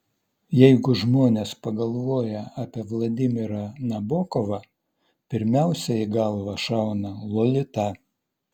jeigu žmonės pagalvoja apie vladimirą nabokovą pirmiausia į galvą šauna lolita